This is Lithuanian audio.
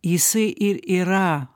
jisai ir yra